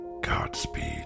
Godspeed